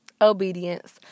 Obedience